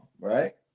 right